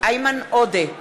איימן עודה,